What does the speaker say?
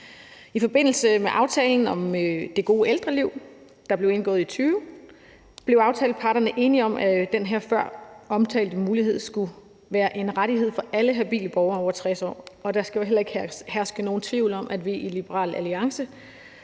I forbindelse med aftalen om det gode ældreliv, der blev indgået i 2020, blev aftaleparterne enige om, at den her føromtalte mulighed skulle være en rettighed for alle habile borgere over 60 år. Og der skal heller ikke herske nogen tvivl om, at vi i Liberal Alliance